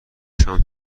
شام